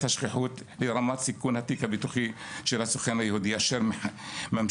השכיחות לרמת סיכון התיק הביטוח של הסוכן היהודי אשר ממשיך